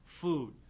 food